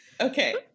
Okay